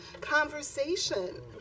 conversation